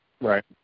right